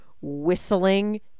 whistling